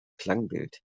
klangbild